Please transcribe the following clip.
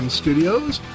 studios